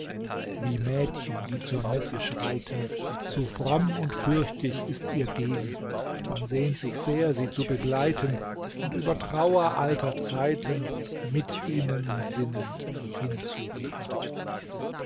wie mädchen die zur messe schreiten so fromm und fürchtig ist ihr gehn man sehnt sich sehr sie zu begleiten und über trauer alter zeiten mit ihnen sinnend hinzuwehn